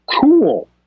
Cool